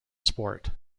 sport